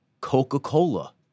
Coca-Cola